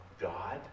God